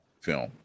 film